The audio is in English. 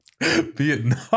vietnam